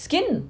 skin